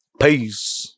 Peace